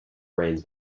brains